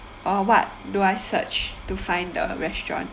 or what do I search to find the restaurant